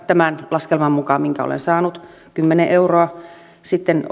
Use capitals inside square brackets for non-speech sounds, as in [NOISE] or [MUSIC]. tämän laskelman mukaan minkä olen saanut se on kymmenen euroa sitten [UNINTELLIGIBLE]